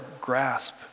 grasp